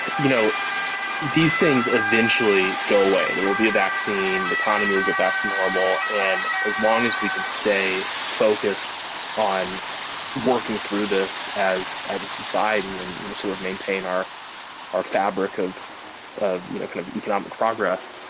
you know these things eventually go away. there will be a vaccine. the economy will get back to normal. and as long as we can stay focused on working through this as as a society and sort of maintain our our fabric of of you know kind of economic progress,